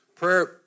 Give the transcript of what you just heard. prayer